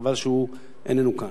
חבל שהוא איננו כאן.